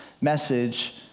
message